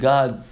God